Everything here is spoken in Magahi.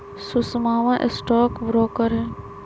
सुषमवा स्टॉक ब्रोकर हई